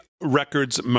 records